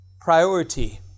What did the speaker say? priority